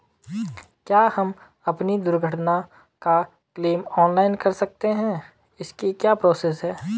क्या हम अपनी दुर्घटना का क्लेम ऑनलाइन कर सकते हैं इसकी क्या प्रोसेस है?